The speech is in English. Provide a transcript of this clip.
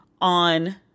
on